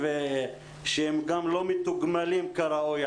התחושה שלי שבמגפה הזאת מחפשים שק חבטות.